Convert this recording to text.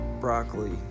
broccoli